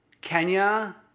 Kenya